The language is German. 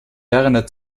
werner